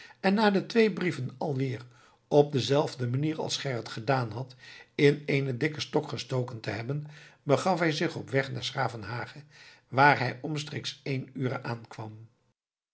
en na de twee brieven alweer op dezelfde manier als gerrit gedaan had in eenen dikken stok gestoken te hebben begaf hij zich op weg naar s gravenhage waar hij omstreeks één ure aankwam